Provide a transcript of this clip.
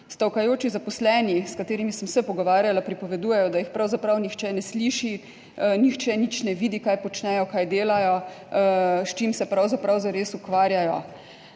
Stavkajoči zaposleni, s katerimi sem se pogovarjala, pripovedujejo, da jih pravzaprav nihče ne sliši, nihče nič ne vidi, kaj počnejo, kaj delajo, s čim se pravzaprav zares ukvarjajo.